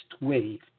wave